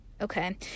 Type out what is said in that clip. Okay